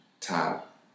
top